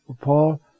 Paul